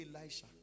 Elisha